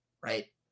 Right